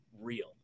real